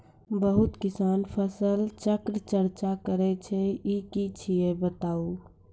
बहुत किसान फसल चक्रक चर्चा करै छै ई की छियै बताऊ?